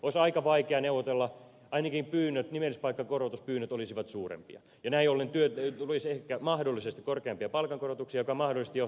olisi aika vaikea neuvotella ainakin nimellispalkkakorotuspyynnöt olisivat suurempia ja näin ollen tulisi ehkä mahdollisesti korkeampia palkankorotuksia mikä mahdollisesti johtaisi kasvavaan työttömyyteen